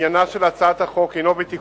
התש"ע 2010. עניינה של הצעת החוק תיקון